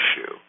issue